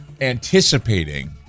anticipating